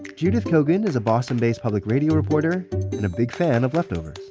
judith kogan is a boston-based public radio reporter and a big fan of leftovers